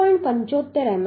75 mm છે